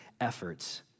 efforts